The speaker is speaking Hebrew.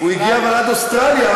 אבל הוא הגיע עד אוסטרליה,